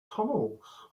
tunnels